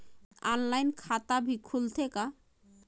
Online खाता भी खुलथे का?